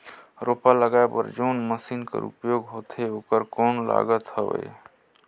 रोपा लगाय बर जोन मशीन कर उपयोग होथे ओकर कौन लागत हवय?